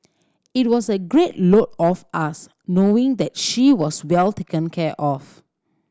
it was a great load off us knowing that she was well taken care of